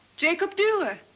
jacob durrer,